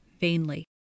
vainly